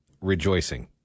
rejoicing